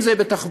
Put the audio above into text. אם זה בתחבורה,